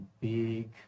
big